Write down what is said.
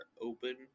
open